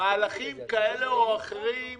מהלכים כאלה ואחרים